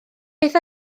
beth